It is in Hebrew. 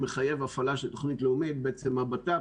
שמחייב הפעלה של תוכנית לאומית הבט"פ,